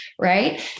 right